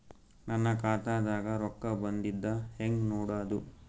ನನ್ನ ಖಾತಾದಾಗ ರೊಕ್ಕ ಬಂದಿದ್ದ ಹೆಂಗ್ ನೋಡದು?